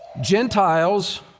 Gentiles